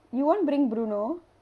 you won't bring bruno